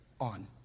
on